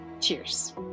Cheers